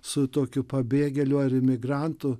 su tokiu pabėgėliu ar imigrantu